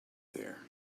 there